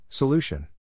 Solution